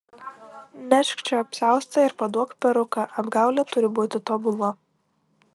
nešk čia apsiaustą ir paduok peruką apgaulė turi būti tobula